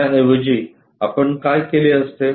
त्याऐवजी आपण काय केले असते